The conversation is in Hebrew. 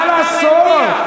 מה לעשות,